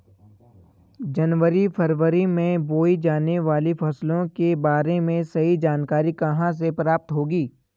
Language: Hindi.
जनवरी फरवरी में बोई जाने वाली फसलों के बारे में सही जानकारी कहाँ से प्राप्त होगी?